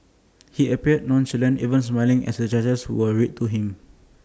he appeared nonchalant even smiling as the charges were read to him